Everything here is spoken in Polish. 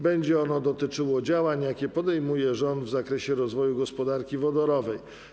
Będzie ono dotyczyło działań, jakie podejmuje rząd, w zakresie rozwoju gospodarki wodorowej.